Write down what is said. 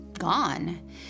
gone